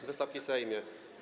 Wysoki Sejmie!